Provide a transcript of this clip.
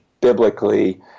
biblically